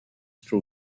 true